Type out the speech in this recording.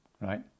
right